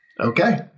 Okay